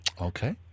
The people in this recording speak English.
Okay